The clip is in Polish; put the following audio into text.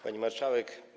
Pani Marszałek!